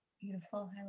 Beautiful